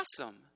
awesome